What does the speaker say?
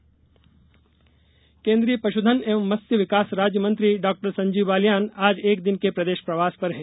केन्द्रीय मंत्री केन्द्रीय पशुधन एवं मत्स्य विकास राज्य मंत्री डाक्टर संजीव बालियान आज एक दिन के प्रदेश प्रवास पर हैं